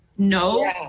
no